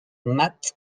mat